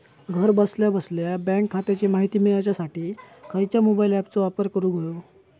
घरा बसल्या बसल्या बँक खात्याची माहिती मिळाच्यासाठी खायच्या मोबाईल ॲपाचो वापर करूक होयो?